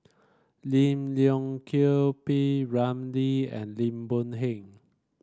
Lim Leong Geok P Ramlee and Lim Boon Heng